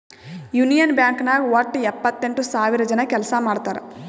union Bank ನಾಗ್ ವಟ್ಟ ಎಪ್ಪತ್ತೆಂಟು ಸಾವಿರ ಜನ ಕೆಲ್ಸಾ ಮಾಡ್ತಾರ್